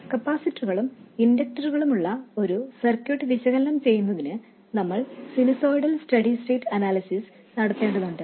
കപ്പാസിറ്ററുകളും ഇൻഡക്റ്ററുകളും ഉള്ള സർക്യൂട്ട് വിശകലനം ചെയ്യുന്നതിന് നമ്മൾ സിനുസോയിഡൽ സ്റ്റഡി സ്റ്റേറ്റ് അനാലിസിസ് നടത്തേണ്ടതുണ്ട്